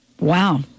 Wow